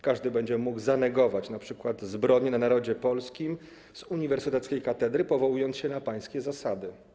Każdy będzie mógł zanegować np. zbrodnie na narodzie polskim z uniwersyteckiej katedry, powołując się na pańskie zasady.